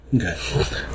Okay